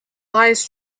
lies